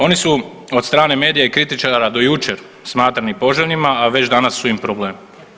Oni su od strane medija i kritičara do jučer smatrani poželjnima a već danas su im problem.